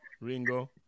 Ringo